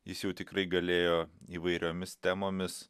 jis jau tikrai galėjo įvairiomis temomis